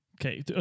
Okay